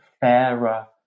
fairer